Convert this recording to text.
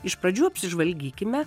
iš pradžių apsižvalgykime